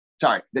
Sorry